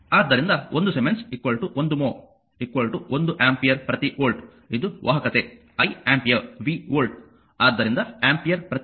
ಆದ್ದರಿಂದ 1 siemens 1 mho 1ಆಂಪಿಯರ್ ಪ್ರತಿ ವೋಲ್ಟ್ ಇದು ವಾಹಕತೆ i ಆಂಪಿಯರ್ v ವೋಲ್ಟ್ ಆದ್ದರಿಂದ ಆಂಪಿಯರ್ ಪ್ರತಿ ವೋಲ್ಟ್